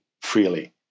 freely